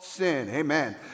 Amen